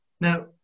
now